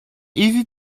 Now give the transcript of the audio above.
easy